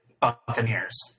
Buccaneers